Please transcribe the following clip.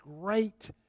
great